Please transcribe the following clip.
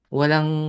walang